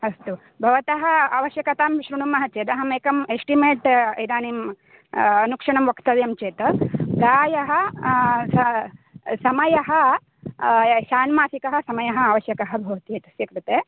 अस्तु भवतः आवश्यकतां श्रुणमः चेद् अहमेकम् एस्टिमेट् इदानीम् अनुक्षणं वक्तव्यं चेत् प्रायः स समयः षाण्मासिकः समयः आवश्यकः भवति एतस्य कृते